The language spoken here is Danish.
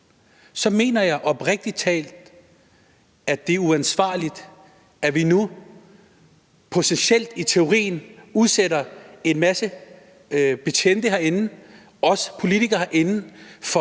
mener jeg oprigtig talt, at det er uansvarligt, at vi nu potentielt, i teorien, udsætter en masse betjente herinde og også os politikere herinde